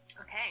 Okay